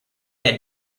had